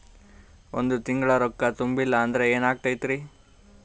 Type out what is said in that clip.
ಒಂದ ತಿಂಗಳ ರೊಕ್ಕ ತುಂಬಿಲ್ಲ ಅಂದ್ರ ಎನಾಗತೈತ್ರಿ?